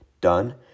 done